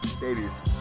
Babies